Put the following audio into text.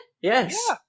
Yes